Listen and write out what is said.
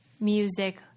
music